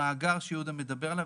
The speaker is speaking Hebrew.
המאגר שיהודה מדבר עליו,